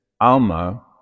Alma